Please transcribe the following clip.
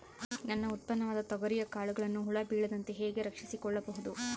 ನನ್ನ ಉತ್ಪನ್ನವಾದ ತೊಗರಿಯ ಕಾಳುಗಳನ್ನು ಹುಳ ಬೇಳದಂತೆ ಹೇಗೆ ರಕ್ಷಿಸಿಕೊಳ್ಳಬಹುದು?